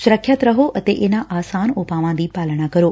ਸੁਰੱਖਿਅਤ ਰਹੋ ਅਤੇ ਇਨਾਂ ਆਸਾਨ ਉਪਾਵਾਂ ਦੀ ਪਾਲਣਾ ਕਰੋ